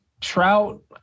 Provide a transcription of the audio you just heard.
Trout